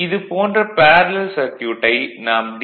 இது போன்ற பேரலர் சர்க்யூட்டை நாம் டி